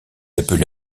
appelé